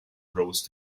prose